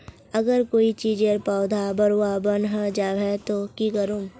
अगर कोई चीजेर पौधा बढ़वार बन है जहा ते की करूम?